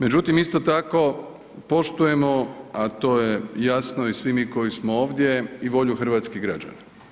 Međutim, isto tako poštujemo, a to je jasno i svi mi koji smo ovdje i volju hrvatskih građana.